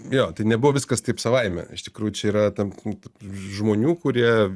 jo tai nebuvo viskas taip savaime iš tikrųjų čia yra tam žmonių kurie